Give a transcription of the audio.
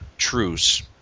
Truce